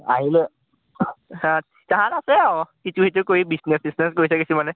আহিলে সেহেত তাহাঁত আছে আৰু ইটো সিটো কৰি বিজনেছ ছিজনেছ কৰি থাকে কিছুমানে